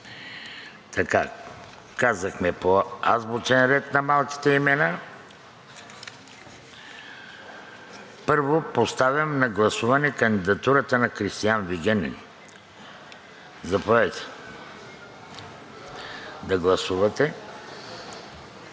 Казахме по азбучен ред на малките имена. Първо поставям на гласуване кандидатурата на Кристиан Вигенин. Заповядайте да гласувате.